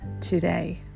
today